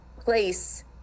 place